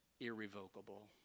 irrevocable